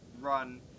run